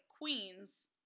Queens